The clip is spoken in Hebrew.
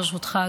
ברשותך,